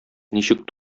ничек